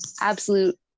absolute